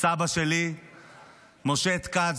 סבא שלי משה טקץ',